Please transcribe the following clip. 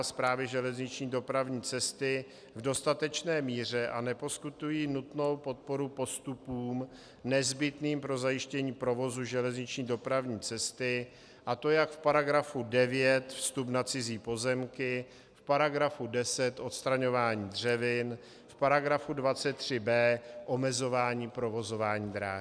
Správy železniční dopravní cesty v dostatečné míře a neposkytují nutnou podporu postupům nezbytným pro zajištění provozu železniční dopravní cesty, a to jak v § 9 Vstup na cizí pozemky, v § 10 Odstraňování dřevin, v § 23b Omezování provozování dráhy.